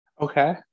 Okay